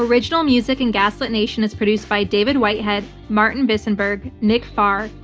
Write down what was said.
original music in gaslit nation is produced by david whitehead, martin vissenberg, nick farr,